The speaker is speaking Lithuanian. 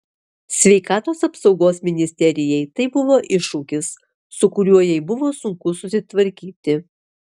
sveikatos apsaugos ministerijai tai buvo iššūkis su kuriuo jai buvo sunku susitvarkyti